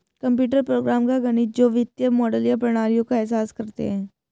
computer program का गणित जो वित्तीय मॉडल या प्रणालियों का एहसास करते हैं